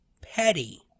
petty